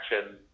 action